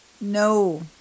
no